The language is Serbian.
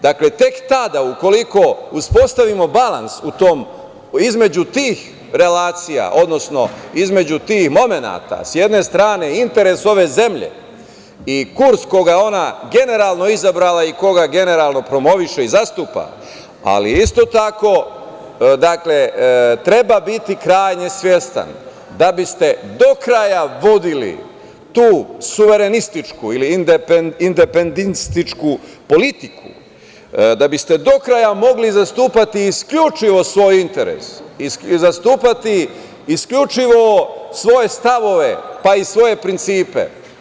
Dakle, tek tada, ukoliko uspostavimo balans između tih relacija, odnosno između tih momenata sa jedne strane, interes ove zemlje i kurs koga je ona generalno izabrala i koga generalno promoviše i zastupa, ali isto tako treba biti krajnje svestan da biste do kraja vodili tu suverenističku ili indenpendističku politiku, da biste do kraja mogli zastupati isključivo svoj interes i zastupati isključivo svoje stavove, pa i svoje principe.